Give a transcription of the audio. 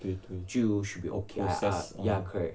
对对对